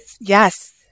Yes